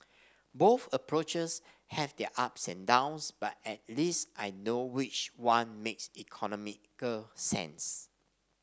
both approaches have their ups and downs but at least I know which one makes economical sense